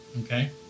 Okay